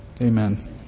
Amen